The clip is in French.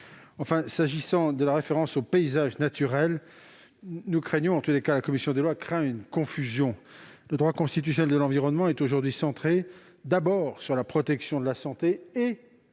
Enfin, s'agissant de la référence au paysage naturel, la commission des lois craint une confusion. Le droit constitutionnel de l'environnement est aujourd'hui centré d'abord sur la protection de la santé de